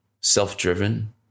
self-driven